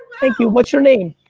thank you. what's your name?